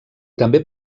també